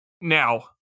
Now